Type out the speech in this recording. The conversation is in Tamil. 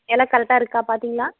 எல்லாம் கரெக்டாக இருக்கா பார்த்திங்களா